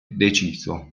deciso